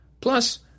Plus